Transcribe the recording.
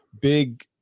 big